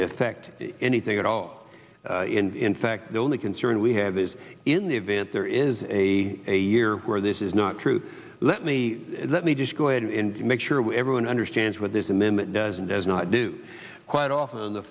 to affect anything at all in fact the only concern we have is in the event there is a year where this is not true let me let me just go ahead and make sure everyone understands what this amendment does and does not do quite often on the